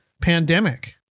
pandemic